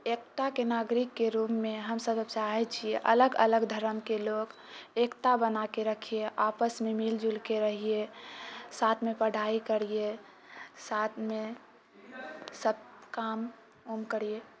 एकताके नागरिकके रूपमे हमसभ अब चाहै छियै अलग अलग धर्मके लोक एकता बनाके रखिए आपसमे मिलिजुलिके रहिए साथमे पढ़ाइ करिए साथमे सभ काम उम करिए